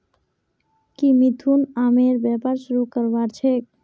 की मिथुन आमेर व्यापार शुरू करवार छेक